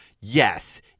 Yes